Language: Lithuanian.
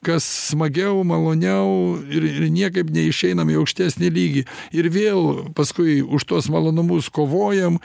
kas smagiau maloniau ir ir niekaip neišeinam į aukštesnį lygį ir vėl paskui už tuos malonumus kovojam